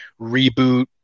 reboot